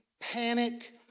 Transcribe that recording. panic